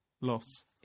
loss